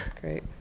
great